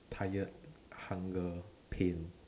tired hunger pain